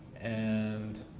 and